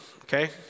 okay